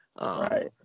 Right